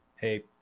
hey